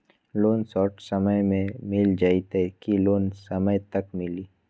Loan short समय मे मिल जाएत कि लोन समय तक मिली?